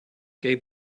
gave